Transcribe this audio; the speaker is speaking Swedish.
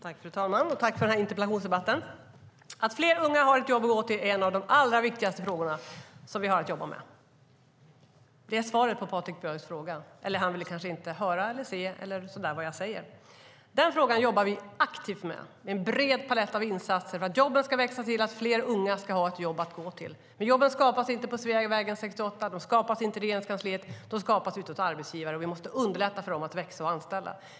Fru talman! Jag tackar för denna interpellationsdebatt. Att fler unga har ett jobb att gå till är en av de allra viktigaste frågorna som vi har att jobba med. Det är svaret på Patrik Björcks fråga. Men han vill kanske inte höra vad jag säger. Vi jobbar aktivt med denna fråga. Vi har en stor palett av insatser för att jobben ska växa till och för att fler unga ska ha ett jobb att gå till. Men jobben skapas inte på Sveavägen 68, de skapas inte i Regeringskansliet, utan de skapas ute hos arbetsgivare, och vi måste underlätta för företagen att växa och anställa.